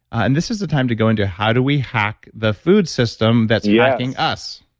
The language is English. and this is the time to go into, how do we hack the food system that's yeah hacking us?